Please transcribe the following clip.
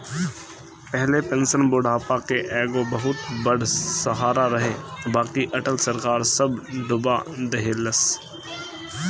पहिले पेंशन बुढ़ापा के एगो बहुते बड़ सहारा रहे बाकि अटल सरकार सब डूबा देहलस